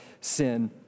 sin